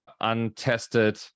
untested